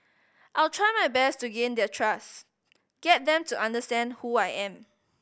I'll try my best to gain their trust get them to understand who I am